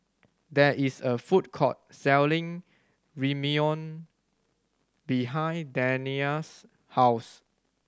there is a food court selling Ramyeon behind Dania's house